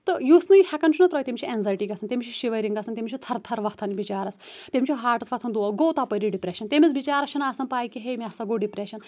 تہٕ یُس نہٕ یہِ ہٮ۪کان چھُ نہ ترٛٲوِتھ تٔمِس چھِ اٮ۪نگزایٹی تٔمِس چھِ شِورِنٛگ گَژھان تٔمِس چھِ تھرتھر وَتھان بِچارَس تٔمِس چھُ ہاٹَس وَتَھان دود گوو تپٲری ڈِپرٮ۪شَن تٔمِس بِچارَس چھِنہٕ آسان پے کیٚنٛہہ ہے مے پسا گوو ڈِپرٮ۪شَن